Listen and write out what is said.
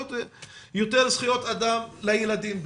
ויותר זכויות אדם לילדים מזה.